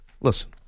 listen